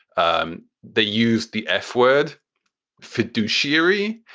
um they used the f word fiduciary,